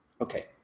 Okay